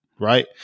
right